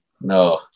No